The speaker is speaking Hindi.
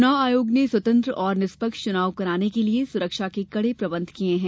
चुनाव आयोग ने स्वतंत्र तथा निष्पक्ष चुनाव कराने के लिये सुरक्षा के कडे प्रबंध किये है